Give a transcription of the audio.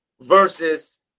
versus